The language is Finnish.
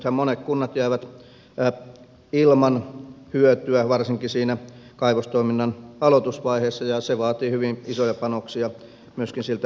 nythän monet kunnat jäävät ilman hyötyä varsinkin siinä kaivostoiminnan aloitusvaiheessa ja se vaatii hyvin isoja panoksia myöskin siltä sijaintikunnalta